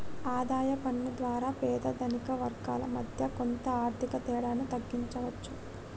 ఆదాయ పన్ను ద్వారా పేద ధనిక వర్గాల మధ్య కొంత ఆర్థిక తేడాను తగ్గించవచ్చు